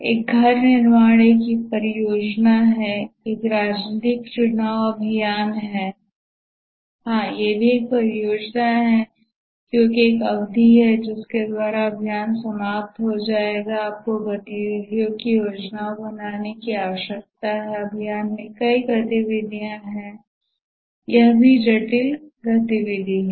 एक घर का निर्माण एक परियोजना है एक राजनीतिक चुनाव अभियान है हाँ यह भी एक परियोजना है क्योंकि एक अवधि है जिसके द्वारा अभियान समाप्त हो जाएगा आपको गतिविधियों की योजना बनाने की आवश्यकता है अभियान में कई गतिविधियाँ हैं और यह भी जटिल गतिविधि है